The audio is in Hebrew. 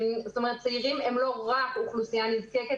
זאת אומרת, צעירים הם לא רק אוכלוסייה נזקקת.